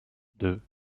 deux